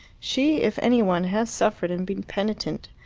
she, if any one, has suffered and been penitent.